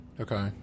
Okay